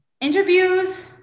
interviews